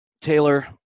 Taylor